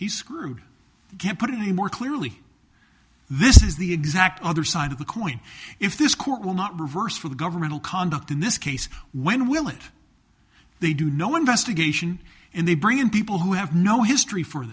he's screwed you can't put it more clearly this is the exact other side of the coin if this court will not reverse for the governmental conduct in this case when will it they do no investigation and they bring in people who have no history for